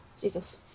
Jesus